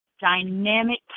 dynamic